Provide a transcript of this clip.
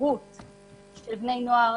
ההתדרדרות של בני נוער